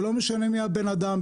ולא משנה מי הבן אדם,